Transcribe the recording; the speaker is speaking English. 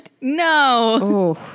no